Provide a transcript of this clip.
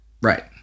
Right